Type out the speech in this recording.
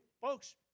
folks